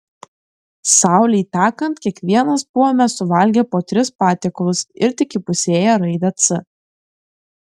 saulei tekant kiekvienas buvome suvalgę po tris patiekalus ir tik įpusėję raidę c